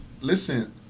listen